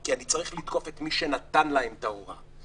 כי אני צריך לתקוף את מי שנתן להם את ההוראה,